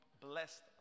blessed